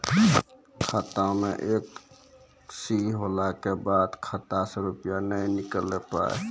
खाता मे एकशी होला के बाद खाता से रुपिया ने निकल पाए?